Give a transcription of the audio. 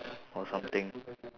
or something